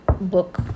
book